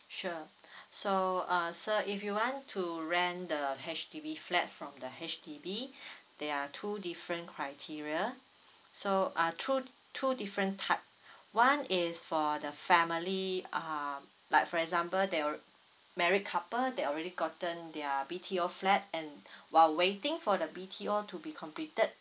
sure so uh sir if you want to rent the H_D_B flat from the H_D_B there are two different criteria so uh through two different type one is for the family um like for example there married couple they already gotten their B_T_O flats and while waiting for the B_T_O to be completed